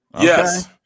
Yes